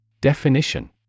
Definition